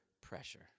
pressure